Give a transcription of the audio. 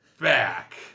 back